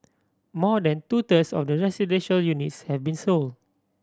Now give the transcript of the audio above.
more than two thirds of the residential units have been sold